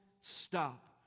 stop